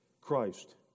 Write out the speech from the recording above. Christ